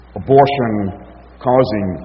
abortion-causing